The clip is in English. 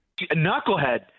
knucklehead